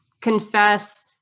confess